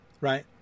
right